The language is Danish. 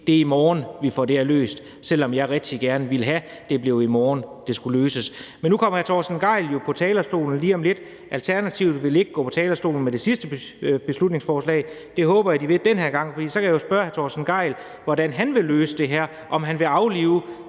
det er i morgen, at vi får det her løst, selv om jeg rigtig gerne ville have, at det blev i morgen, det blev løst. Men nu kommer hr. Torsten Gejl jo på talerstolen lige om lidt. Alternativet ville ikke gå på talerstolen ved det sidste beslutningsforslag – det håber jeg de vil den her gang, for så kan jeg jo spørge hr. Torsten Gejl, hvordan han vil løse det her; om han vil aflive